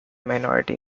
minority